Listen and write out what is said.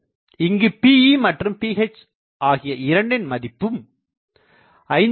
இங்கு Pe மற்றும் Ph ஆகிய இரண்டின்மதிப்பு 5